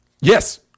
yes